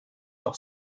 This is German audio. doch